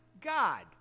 God